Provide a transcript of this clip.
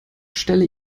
stelle